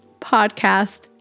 podcast